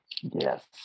yes